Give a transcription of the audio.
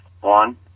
one